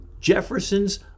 jefferson's